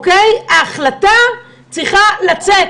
ההחלטה צריכה לצאת.